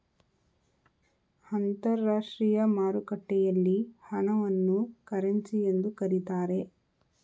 ಅಂತರಾಷ್ಟ್ರೀಯ ಮಾರುಕಟ್ಟೆಯಲ್ಲಿ ಹಣವನ್ನು ಕರೆನ್ಸಿ ಎಂದು ಕರೀತಾರೆ